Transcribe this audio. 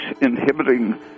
inhibiting